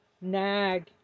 nag